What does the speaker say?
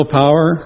power